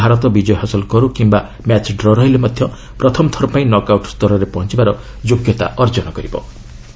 ଏହି ମ୍ୟାଚ୍ରେ ଭାରତ ବିକୟ ହାସଲ କରୁ କିମ୍ବା ମ୍ୟାଚ୍ ଡ୍ର ରହିଲେ ମଧ୍ୟ ପ୍ରଥମ ଥରପାଇଁ ନକ୍ ଆଉଟ୍ ସ୍ତରରେ ପହଞ୍ଚିବାର ଯୋଗ୍ୟତା ଅର୍ଜନ କରିବ